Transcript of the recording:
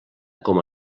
com